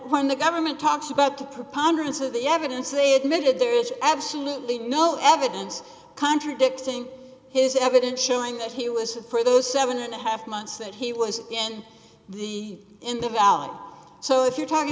when the government talks about the proponents of the evidence they admitted there is absolutely no evidence contradicting his evidence showing that he was for those seven and a half months that he was in the in the valley so if you're talking